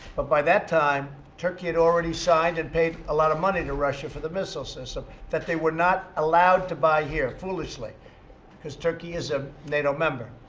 but, by that time, turkey had already signed and paid a lot of money to russia for the missile system that they were not allowed to buy here, foolishly because turkey is a nato member.